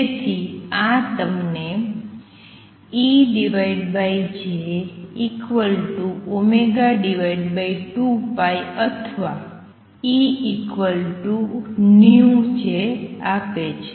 તેથી આ તમને EJ2π અથવા EνJ આપે છે